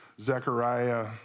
Zechariah